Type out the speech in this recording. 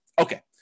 Okay